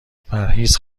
پرهیز